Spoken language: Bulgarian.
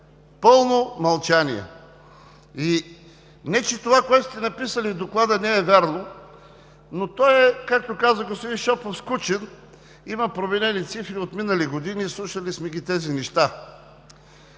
Пълно мълчание. И не че това, което сте написали в Доклада, не е вярно, но той е, както каза господин Шопов, скучен, има променени цифри от минали години, слушали сме ги тези неща.